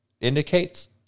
indicates